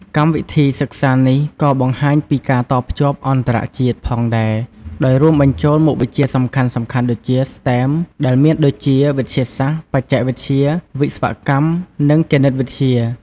កម្មវិធីសិក្សានេះក៏បង្ហាញពី ការតភ្ជាប់អន្តរជាតិ ផងដែរ ដោយរួមបញ្ចូលមុខវិជ្ជាសំខាន់ៗដូចជា STEM ដែលមានដូចជា វិទ្យាសាស្ត្រ បច្ចេកវិទ្យា វិស្វកម្ម និងគណិតវិទ្យា។